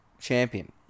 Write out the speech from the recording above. champion